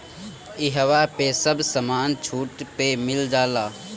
इहवा पे सब समान छुट पे मिल जाला